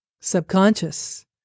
Subconscious